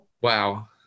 wow